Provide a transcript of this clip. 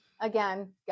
again